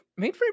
mainframe